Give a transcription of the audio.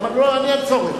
לא, אין צורך.